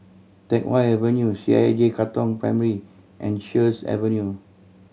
Teck Whye Avenue C H I J Katong Primary and Sheares Avenue